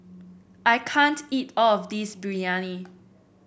I can't eat all of this Biryani